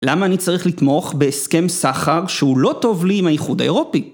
למה אני צריך לתמוך בהסכם סחר שהוא לא טוב לי עם האיחוד האירופי?